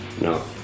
No